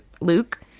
Luke